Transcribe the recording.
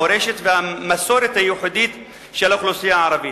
המורשת והמסורת הייחודית של האוכלוסייה הערבית".